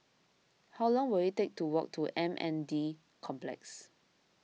how long will it take to walk to M N D Complex